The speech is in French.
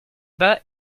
bas